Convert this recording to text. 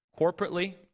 corporately